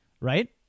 Right